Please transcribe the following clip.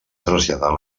traslladar